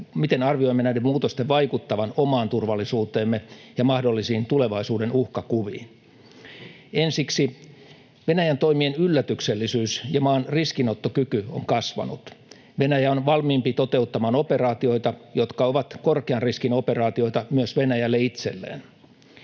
miten arvioimme näiden muutosten vaikuttavan omaan turvallisuuteemme ja mahdollisiin tulevaisuuden uhkakuviin. Ensiksi, Venäjän toimien yllätyksellisyys ja maan riskinottokyky on kasvanut. Venäjä on valmiimpi toteuttamaan operaatioita, jotka ovat korkean riskin operaatioita myös Venäjälle itselleen.